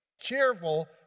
cheerful